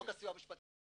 חוק הסיוע המשפטי,